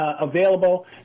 available